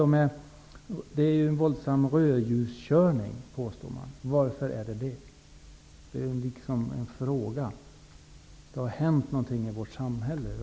Det påstås att det förekommer en våldsam rödljuskörning. Varför är det så? Det är en fråga. Det har hänt någonting i vårt samhälle.